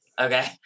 Okay